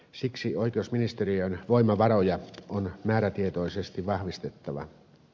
siksi oikeusministeriön voimavaroja on määrätietoisesti vahvistettava